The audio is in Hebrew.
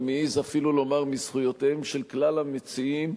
אני מעז אפילו לומר מזכויותיהם של כלל המציעים,